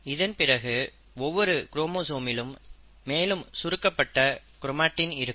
இதன் பிறகு ஒவ்வொரு குரோமோசோமிலும் மேலும் சுருக்கப்பட்ட க்ரோமாட்டின் இருக்கும்